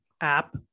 app